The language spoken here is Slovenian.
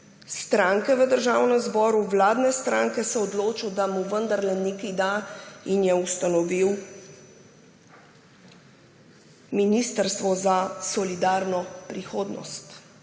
v Državnem zboru, vladne stranke odločil, da mu vendarle nekaj da, in je ustanovil ministrstvo za solidarno prihodnost.